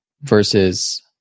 versus